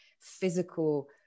physical